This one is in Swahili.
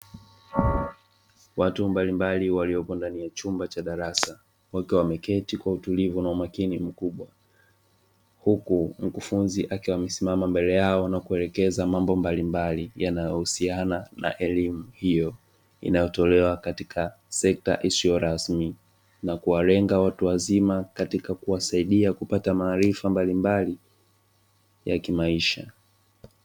Watu mbalimbali walioko ndani ya chumba cha darasa wakiwa wameketi kwa utulivu na umakini mkubwa, huku mkufunzi akiwa amesimama mbele yao na kuwaelekeza mambo mbalimbali yanayohusiana na elimu hiyo inayotolewa katika sekta isiyo rasmi na kuwalenga watu wazima katika kuwasaidia kupata maarifa mbalimbali ya kuwasaidia ya kimaisha.